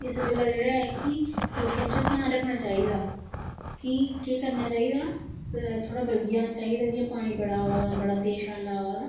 इस गल्ला जेहड़ा है कि लोके घ्यान रक्खना चाहिदा कि केह् करना चाहिदा थोह्ड़ा बल्गी जाना चाहिदा जियां पानी बड़ा अवा दा तेज अवा दा